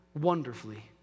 wonderfully